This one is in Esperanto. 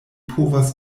povas